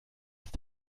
ist